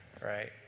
right